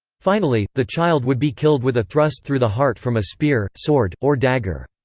finally, the child would be killed with a thrust through the heart from a spear, sword, or dagger.